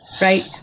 right